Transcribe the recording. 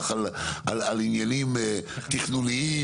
חל גם על אנשים עם מוגבלויות,